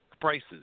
prices